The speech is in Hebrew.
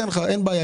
אין בעיה,